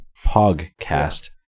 Podcast